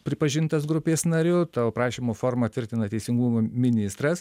pripažintas grupės nariu tavo prašymo formą tvirtina teisingumo ministras